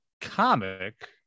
comic